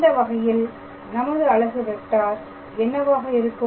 இந்த வகையில் நமது அலகு வெக்டார் என்னவாக இருக்கும்